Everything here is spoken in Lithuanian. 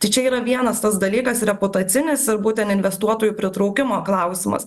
tai čia yra vienas tas dalykas reputacinis ir būten investuotojų pritraukimo klausimas